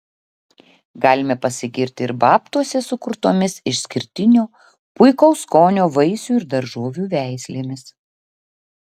galime pasigirti ir babtuose sukurtomis išskirtinio puikaus skonio vaisių ir daržovių veislėmis